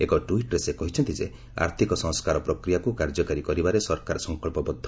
ଏକ ଟ୍ୱିଟ୍ରେ ସେ କହିଛନ୍ତି ଯେ ଆର୍ଥିକ ସଂସ୍କାର ପ୍ରକ୍ରିୟାକୁ କାର୍ଯ୍ୟକାରୀ କରିବାରେ ସରକାର ସଂକଳ୍ପବଦ୍ଧ